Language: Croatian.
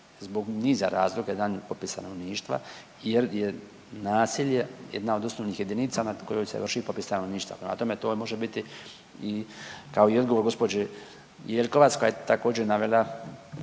zbog niza razloga, jedan je popis stanovništva jer je naselje jedna od osnovnih jedinica na kojoj se vrši popis stanovništva, prema tome, to može biti i kao i odgovor gđe. Jelkovac koja je također, navela